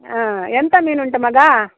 ಆಂ ಎಂಥ ಮೀನುಂಟು ಮಗಾ